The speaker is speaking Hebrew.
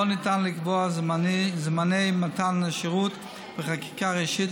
לא ניתן לקבוע זמני מתן השירות בחקיקה ראשית,